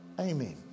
Amen